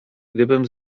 gdybym